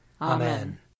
Amen